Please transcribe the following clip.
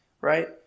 Right